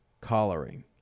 collaring